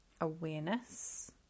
awareness